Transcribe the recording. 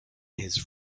his